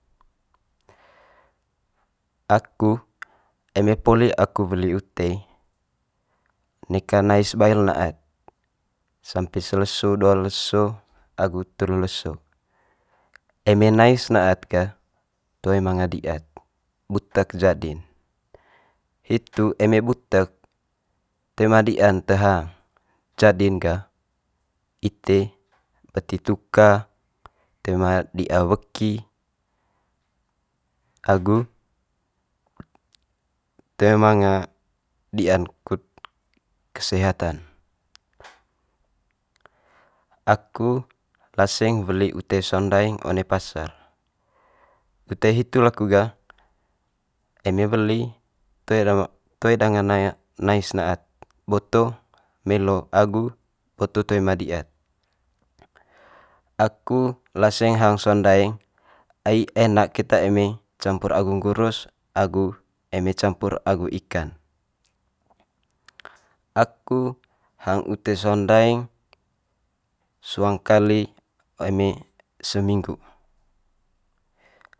aku eme poli aku weli ute neka nais bail na'ad, sampe se leso dua leso agu telu leso. Eme nais na'ad ga toe manga di'ad butek jadi'n. Hitu eme butek toe ma di'an te hang, jadi'n gah ite beti tuka toe ma di'a weki agu toe manga di'an kut kesehatan. Aku laseng weli ute saung ndaeng one pasar, ute hitu laku gah eme weli toe toe danga naek nais na'ad boto melo agu boto toe ma di'ad. aku laseng hang saung ndaeng ai enak keta campur agu nggurus agu eme campur agu ikan. Aku hang ute saung ndaeng sua ngkali eme se minggu.